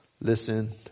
listen